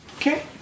Okay